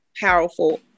powerful